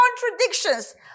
contradictions